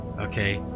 okay